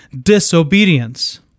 disobedience